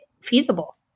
feasible